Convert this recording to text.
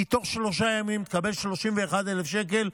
תוך שלושה ימים היא תקבל 31,000 שקל.